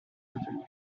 maintenu